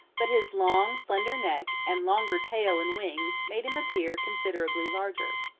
but his long slender neck, and longer tail and wings made him appear considerably larger.